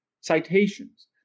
citations